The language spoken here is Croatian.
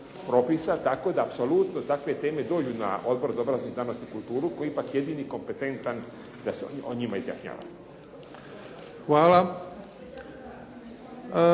tako da apsolutno takve teme dođu na Odbor za obrazovanje, znanost i kulturu koji je ipak jedini kompetentan da se o njima izjašnjava.